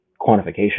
quantification